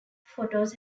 photos